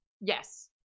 Yes